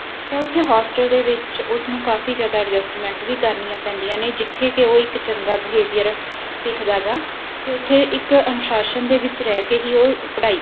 ਅਤੇ ਉੱਥੇ ਹੋਸਟਲ ਦੇ ਵਿੱਚ ਉਸ ਨੂੰ ਕਾਫ਼ੀ ਜ਼ਿਆਦਾ ਐਡਜਸਟਮੈਂਟ ਵੀ ਕਰਨੀਆਂ ਪੈਂਦੀਆਂ ਨੇ ਜਿੱਥੇ ਕਿ ਉਹ ਇੱਕ ਚੰਗਾ ਬਿਹੇਵੀਅਰ ਸਿੱਖਦਾ ਗਾ ਅਤੇ ਉੱਥੇ ਇੱਕ ਅਨੁਸ਼ਾਸ਼ਨ ਦੇ ਵਿੱਚ ਰਹਿ ਕੇ ਹੀ ਉਹ ਪੜ੍ਹਾਈ